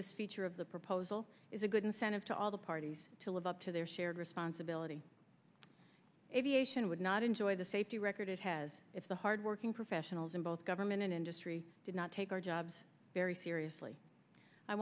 this feature of the proposal is a good incentive to all the parties to live up to their shared responsibility aviation would not enjoy the safety record it has if the hard working professionals in both government and industry did not take our jobs very seriously i